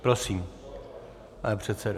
Prosím, pane předsedo.